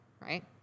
right